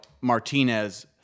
Martinez